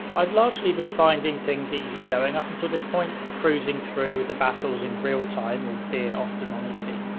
i'd largely been finding things easy going up until this point, cruising through with the battles in real time, albeit often on easy.